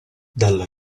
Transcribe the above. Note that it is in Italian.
dalla